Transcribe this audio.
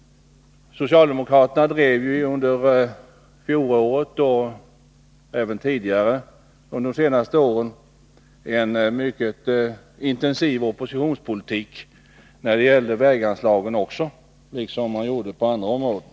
Socialdemokraterna drev under fjolåret, och även under flera år dessförinnan, en mycket intensiv oppositionspolitik när det gällde väganslagen, liksom på andra områden.